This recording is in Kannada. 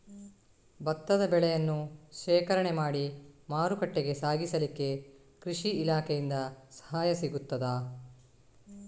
ಭತ್ತದ ಬೆಳೆಯನ್ನು ಶೇಖರಣೆ ಮಾಡಿ ಮಾರುಕಟ್ಟೆಗೆ ಸಾಗಿಸಲಿಕ್ಕೆ ಕೃಷಿ ಇಲಾಖೆಯಿಂದ ಸಹಾಯ ಸಿಗುತ್ತದಾ?